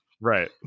right